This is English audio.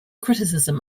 criticism